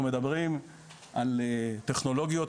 אנחנו מדברים על טכנולוגיות,